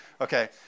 okay